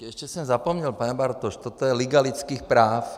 Ještě jsem zapomněl, pane Bartoš, toto je liga lidských práv.